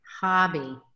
Hobby